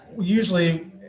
usually